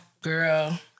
Girl